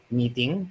meeting